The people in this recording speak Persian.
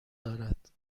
دارد